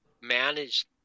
manage